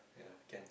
yeah can